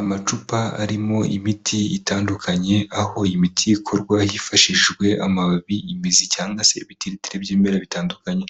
Amacupa arimo imiti itandukanye aho imiti ikorwa hifashishijwe amababi, imizi cyangwa se ibitiritiri by'ibimera bitandukanye,